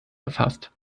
erfasst